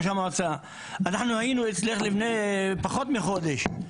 אנחנו היינו אצלך לפני פחות מחודש.